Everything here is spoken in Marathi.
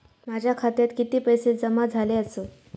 माझ्या खात्यात किती पैसे जमा झाले आसत?